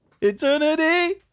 eternity